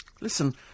Listen